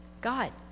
God